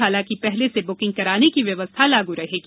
हालांकि पहले से बुकिंग कराने की व्यवस्था लागू रहेगी